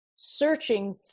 searching